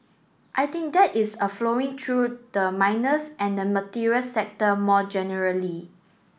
I think that is a flowing through the miners and the materials sector more generally